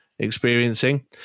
experiencing